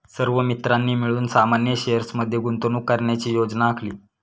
सर्व मित्रांनी मिळून सामान्य शेअर्स मध्ये गुंतवणूक करण्याची योजना आखली